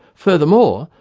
furthermore,